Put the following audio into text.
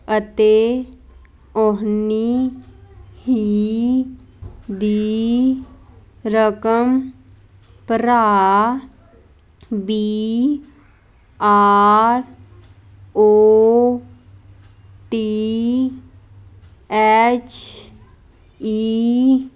ਅਤੇ ਉੰਨੀ ਹੀ ਦੀ ਰਕਮ ਭਰਾ B R O T H ਈ